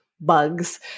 bugs